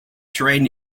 terrain